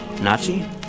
Nazi